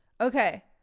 okay